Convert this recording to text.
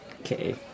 okay